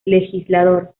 legislador